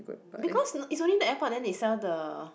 because is only the airport then they sell the